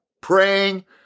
praying